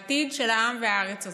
העתיד של העם והארץ הזאת.